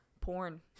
Porn